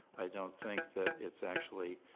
i don't think that it's actually.